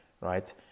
right